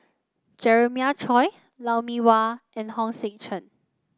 Jeremiah Choy Lou Mee Wah and Hong Sek Chern